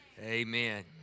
amen